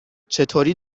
چطوری